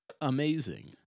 Amazing